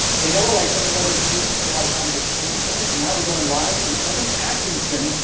daniella, like so many other students spend a lot of time at the student center. so now we're going live to evan atkinson,